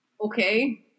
Okay